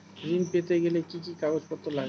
ঋণ পেতে গেলে কি কি কাগজপত্র লাগে?